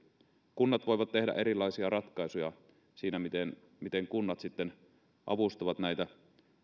kunnat voivat tehdä erilaisia ratkaisuja siinä miten miten ne avustavat näitä